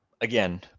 again